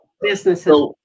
businesses